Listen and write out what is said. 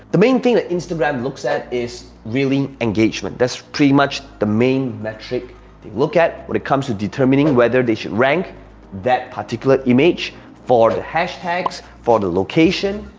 the main thing that instagram looks at is really engagement, that's pretty much the main metric they look at when it comes to determining whether they should rank that particular image for the hashtags, for the location.